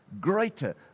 greater